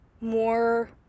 more